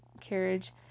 carriage